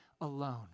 alone